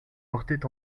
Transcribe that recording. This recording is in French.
portait